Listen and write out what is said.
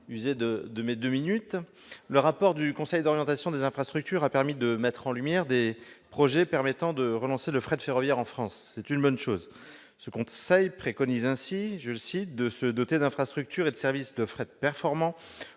pose malgré tout. Le rapport du Conseil d'orientation des infrastructures a permis de mettre en lumière des projets permettant de relancer le fret ferroviaire en France. C'est une bonne chose. Les membres du Conseil préconisent ainsi de « se doter d'infrastructures et de services de fret performants